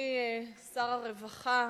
אדוני שר הרווחה,